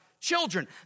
children